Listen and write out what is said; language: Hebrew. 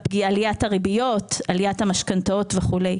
בעליית הריביות, עליית המשכנתאות וכו'.